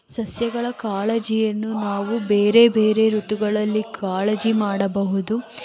ಸಸ್ಯಗಳ ಕಾಳಜಿಯನ್ನು ನಾವು ಬೇರೆ ಬೇರೆ ಋತುಗಳಲ್ಲಿ ಕಾಳಜಿ ಮಾಡಬಹುದು